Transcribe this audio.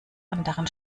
anderen